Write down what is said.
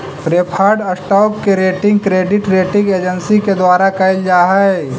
preferred stock के rating credit rating agency के द्वारा कैल जा हइ